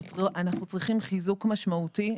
אנחנו צריכים חיזוק משמעותי,